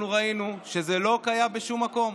ראינו שזה לא קיים בשום מקום,